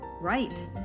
right